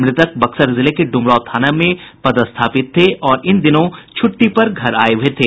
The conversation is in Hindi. मृतक बक्सर जिले के डुमराव थाना में पदस्थापित थे और इन दिनों छुट्टी पर घर आये हुये थे